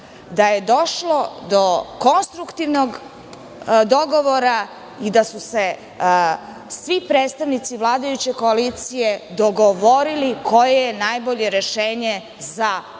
da je došlo do konstruktivnog dogovora i da su se svi predstavnici vladajuće koalicije dogovorili koje je najbolje rešenje za